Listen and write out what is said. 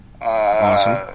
Awesome